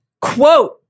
quote